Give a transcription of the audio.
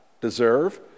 deserve